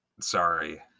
sorry